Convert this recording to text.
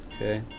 Okay